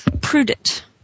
prudent